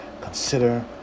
Consider